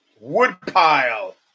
Woodpile